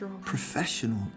professional